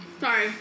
Sorry